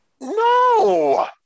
no